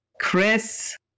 Chris